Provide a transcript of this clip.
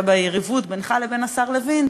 וביריבות בינך לבין השר לוין,